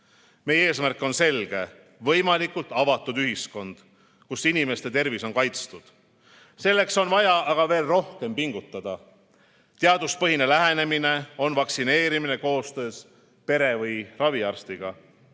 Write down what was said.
Meie eesmärk on selge: võimalikult avatud ühiskond, kus inimeste tervis on kaitstud. Selleks on vaja aga veel rohkem pingutada. Teaduspõhine lähenemine on vaktsineerimine koostöös perearsti või raviarstiga.